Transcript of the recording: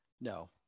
No